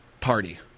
party